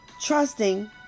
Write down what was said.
trusting